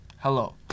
Hello